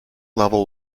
level